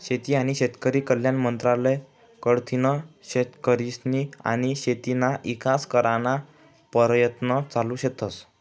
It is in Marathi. शेती आनी शेतकरी कल्याण मंत्रालय कडथीन शेतकरीस्नी आनी शेतीना ईकास कराना परयत्न चालू शेतस